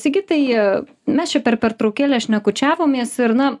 sigitai mes čia per pertraukėlę šnekučiavomės ir na